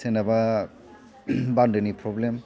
सोरनाबा बान्दोनि प्रब्लेम